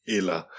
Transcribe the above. Eller